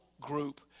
group